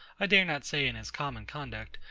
i dare not say in his common conduct,